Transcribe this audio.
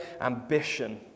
ambition